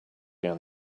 down